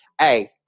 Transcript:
Hey